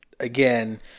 again